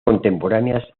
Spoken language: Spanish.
contemporáneas